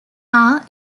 are